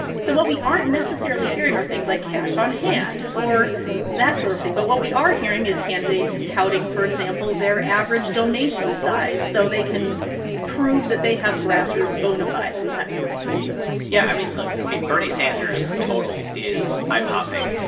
so what we aren't necessarily hearing are things like cash on hand or that sort of thing. but what we are hearing is candidates touting, for example, their average donation size so they can prove that they have grassroots bona fides and that sort of thing yeah. i mean, look. i mean, bernie sanders' total is eye-popping.